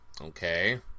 okay